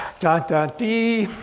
da, da, da,